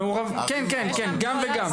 גם וגם.